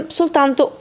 soltanto